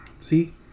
See